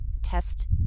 test